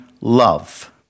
love